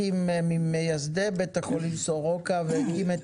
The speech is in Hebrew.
ממייסדי בית החולים סורוקה שהקים את